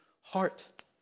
heart